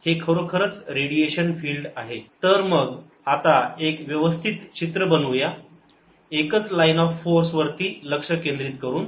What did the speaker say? तर मग आता एक व्यवस्थित चित्र बनवूया एकच लाईन ऑफ फोर्स वरती लक्ष केंद्रित करून